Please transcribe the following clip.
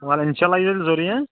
وَل اِنشاء اللّہ ییِو تُہۍ ضروٗری